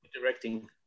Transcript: Directing